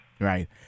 Right